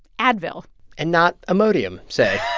advil and not imodium, say